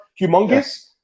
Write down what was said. Humongous